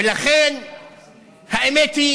האמת היא